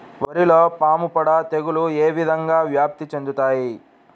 వరిలో పాముపొడ తెగులు ఏ విధంగా వ్యాప్తి చెందుతాయి?